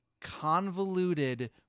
convoluted